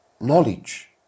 Knowledge